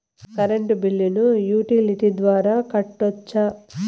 Current బిల్లును utility ద్వారా కట్టొచ్చా?